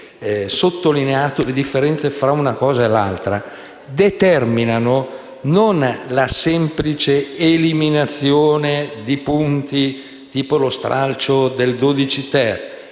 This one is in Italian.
sottolineato le differenze tra una cosa e l'altra, determinano non la semplice eliminazione di punti, tipo lo stralcio dell'articolo